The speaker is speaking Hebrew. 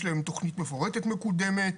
יש להם תכנית מפורטת מקודמת,